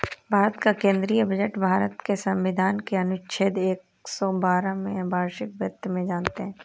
भारत का केंद्रीय बजट भारत के संविधान के अनुच्छेद एक सौ बारह में वार्षिक वित्त में जानते है